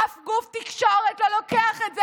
אף גוף תקשורת לא לוקח את זה,